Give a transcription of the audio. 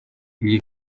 iyi